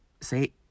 say